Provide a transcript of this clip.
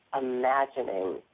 imagining